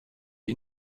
die